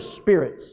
spirits